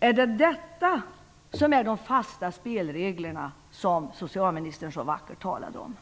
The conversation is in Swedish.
Är detta de fasta spelregler som socialministern så vackert talade om?